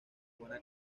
buena